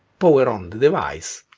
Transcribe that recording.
power on the device,